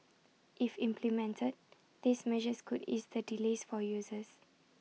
if implemented these measures could ease the delays for users